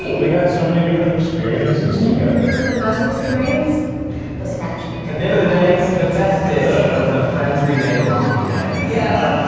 we had so many different experiences together. but the best experience was friendship. at the end of the day the best dish was the friends we made along the way. yeah.